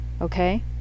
Okay